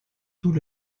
tout